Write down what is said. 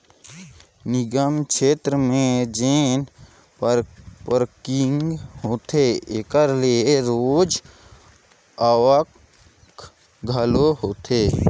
निगम छेत्र में जेन पारकिंग होथे एकर ले रोज आवक घलो होथे